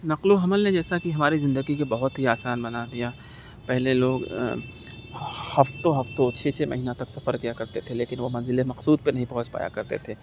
نقل و حمل نے جیسا کہ ہماری زندگی کے بہت ہی آسان بنا دیا پہلے لوگ ہفتوں ہفتوں چھ چھ مہینہ تک سفر کیا کرتے تھے لیکن وہ منزلِ مقصود پہ نہیں پہنچ پایا کرتے تھے